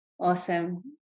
Awesome